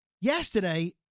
Yesterday